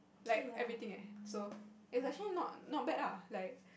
like everything eh so is actually not not bad ah like